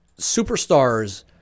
superstars